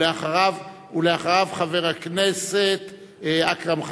ואחריו, חבר הכנסת אכרם חסון.